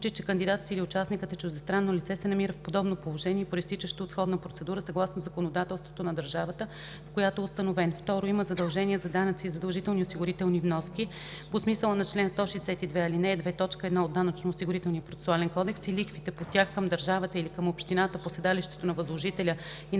че кандидатът или участникът е чуждестранно лице – се намира в подобно положение, произтичащо от сходна процедура, съгласно законодателството на държавата, в която е установен; 2. има задължения за данъци и задължителни осигурителни вноски по смисъла на чл. 162, ал. 2, т. 1 от Данъчно-осигурителния процесуален кодекс и лихвите по тях, към държавата или към общината по седалището на възложителя и